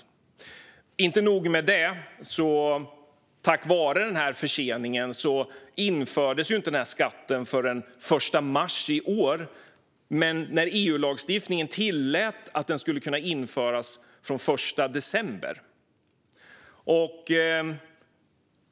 Och inte nog med det, utan på grund av denna försening infördes inte skatten förrän den 1 mars i år trots att EU-lagstiftningen tillät att den skulle kunna införas från den 1 december förra året.